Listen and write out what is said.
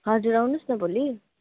हजुर आउनुहोस् न भोलि